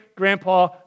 Grandpa